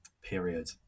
Period